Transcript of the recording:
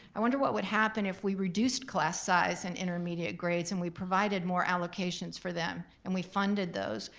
i wonder what would happen if we reduced class size in and intermediate grades and we provided more allocations for them and we funded those?